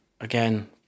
again